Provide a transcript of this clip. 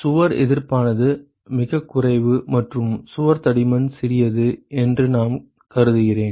எனவே சுவர் எதிர்ப்பானது மிகக் குறைவு மற்றும் சுவர் தடிமன் சிறியது என்று நான் கருதுகிறேன்